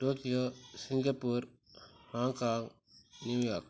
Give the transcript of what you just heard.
Tokyo Singapore Hong Kong New York